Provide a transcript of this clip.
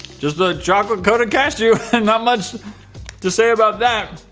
just a chocolate coated cashew and not much to say about that.